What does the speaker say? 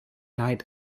night